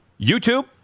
YouTube